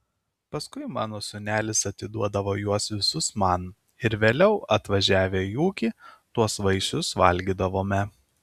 paskui mano sūnelis atiduodavo juos visus man ir vėliau atvažiavę į ūkį tuos vaisius valgydavome